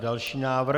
Další návrh.